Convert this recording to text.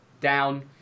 down